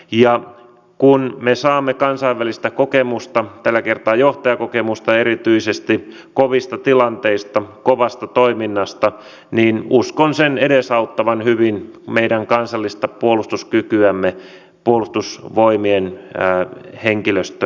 ja kun me saamme kansainvälistä kokemusta tällä kertaa erityisesti johtajakokemusta kovista tilanteista ja kovasta toiminnasta niin uskon sen edesauttavan hyvin meidän kansallista puolustuskykyämme puolustusvoimien henkilöstön osalta